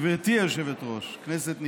גברתי היושבת-ראש, כנסת נכבדה,